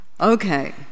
Okay